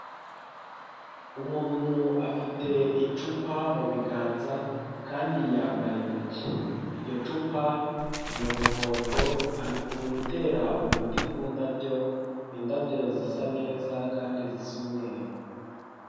Umuntu afite icupa mu biganza kandi yambaye intoki, iryo cupa ni umuhondo ari kuwutera umuti ku ndabyo, ni indabyo zisa neza kandi zisa umweru.